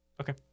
okay